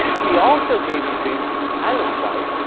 he also gave a dream to pilate's wife,